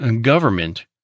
Government